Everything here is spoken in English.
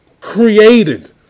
created